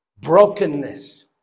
brokenness